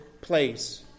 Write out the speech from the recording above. place